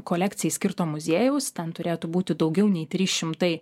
kolekcijai skirto muziejaus ten turėtų būti daugiau nei trys šimtai